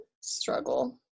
struggle